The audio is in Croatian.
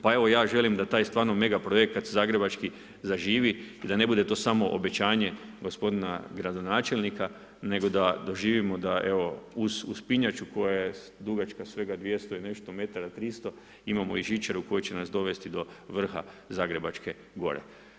Pa evo ja želim da taj stvarno mega projekt kada se zagrebački zaživi i da ne bude to samo obećanje gospodina gradonačelnika, nego da doživimo da evo, uz uspinjaču koja je dugačka svega 200 i nešto metara ili 300 imamo žičaru koja će nas dovesti do vrha Zagrebačke gore.